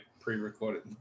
pre-recorded